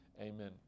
amen